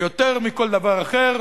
ויותר מכל דבר אחר,